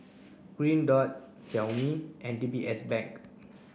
Green Dot Xiaomi and D B S Bank